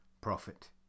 profit